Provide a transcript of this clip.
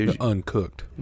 uncooked